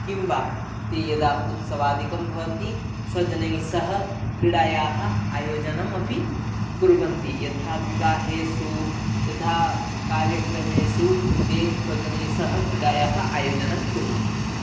किं वा ति यदा उत्सवादिकं भवति स्वजनैः सह क्रीडायाः आयोजनम् अपि कुर्वन्ति यथा विवाहेषु यथा कार्यक्रमेषु ते स्वजनैः सह क्रीडायाः आयोजनं कुर्वन्ति